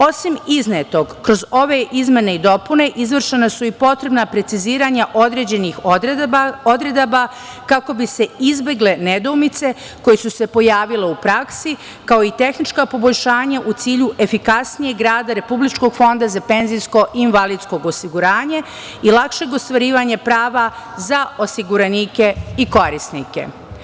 Osim iznetog, kroz ove izmene i dopune izvršena su i potrebna preciziranja određenih odredaba kako bi se izbegle nedoumice koje su se pojavile u praksi, kao i tehnička poboljšanja u cilju efikasnijeg rada Republičkog fonda PIO i lakšeg ostvarivanja prava za osiguranike i korisnike.